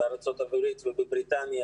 בארצות הברית ובבריטניה,